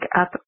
Up